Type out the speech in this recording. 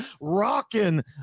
rocking